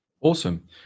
awesome